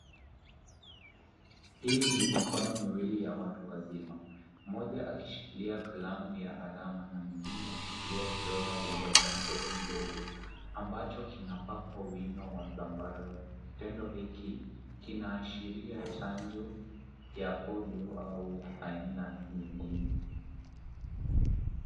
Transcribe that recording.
Hii ni mikono miwili ya watu wazima, mmoja akishikilia kalamu ya alama na mwingine akishikilia kidole gumba cha mtoto mdogo ambacho kinapakwa wino wa zambarau. Tendo hiki kinaashiria chanjo ya polio au ya aina nyingine.